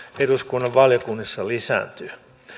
eduskunnan valiokunnissa lisääntyy